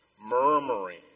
murmuring